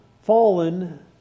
fallen